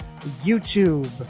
YouTube